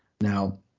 Now